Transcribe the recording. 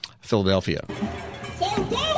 Philadelphia